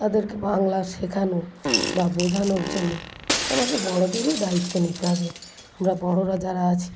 তাদেরকে বাংলা শেখানো বা বোঝানোর জন্যে আমাদের বড়োদেরই দায়িত্ব নিতে হবে আমরা বড়োরা যারা আছি